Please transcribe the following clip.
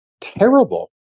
terrible